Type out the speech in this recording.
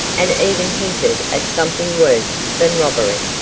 and even hinted at something worse than robbery.